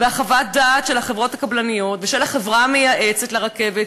חוות הדעת של החברות הקבלניות ושל החברה המייעצת לרכבת